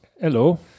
Hello